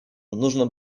нужно